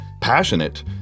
passionate